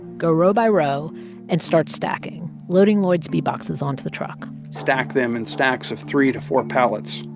go row by row and start stacking, loading lloyd's bee boxes onto the truck. stack them in stacks of three to four pallets.